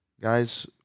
Guys